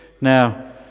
Now